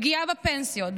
פגיעה בפנסיות,